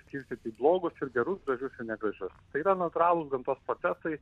skirstyti į blogus ir gerus gražius negražius tai yra natūralūs gamtos procesai